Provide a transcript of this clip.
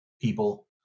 people